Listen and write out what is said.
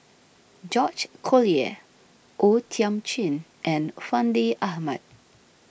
George Collyer O Thiam Chin and Fandi Ahmad